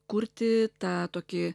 kurti tą tokį